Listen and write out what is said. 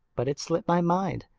but it slipped my mind.